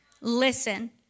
Listen